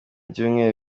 byumweru